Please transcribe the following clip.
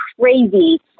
crazy